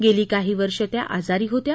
गेली काही वर्ष त्या आजारी होत्या